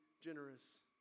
generous